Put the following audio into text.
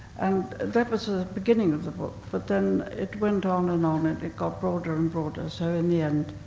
and that was the ah beginning of the book. but then, it went on and on it it got broader and broader, so in the end,